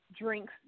drinks